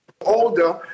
older